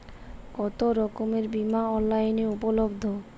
কতোরকমের বিমা অনলাইনে উপলব্ধ?